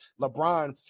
LeBron